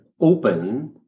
open